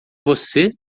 você